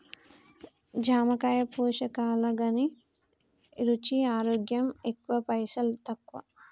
జామకాయ పోషకాల ఘనీ, రుచి, ఆరోగ్యం ఎక్కువ పైసల్ తక్కువ